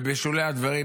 ובשולי הדברים,